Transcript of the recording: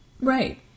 Right